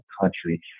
country